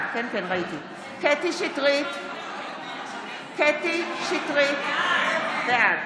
קטי קטרין שטרית, בעד